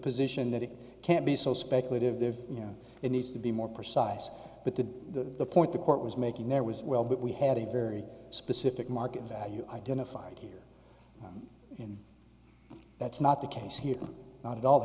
position that it can't be so speculative there you know it needs to be more precise but the point the court was making there was well that we had a very specific market that you identified here and that's not the case here not all the